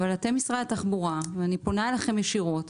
אבל אתם משרד התחבורה ואני פונה אליכם ישירות,